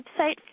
website